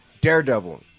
Daredevil